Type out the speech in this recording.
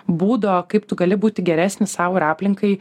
būdo kaip tu gali būti geresnis sau ir aplinkai